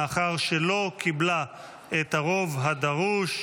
מאחר שלא קיבלה את הרוב הדרוש.